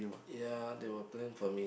ya they will plan for me